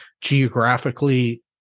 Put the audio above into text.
geographically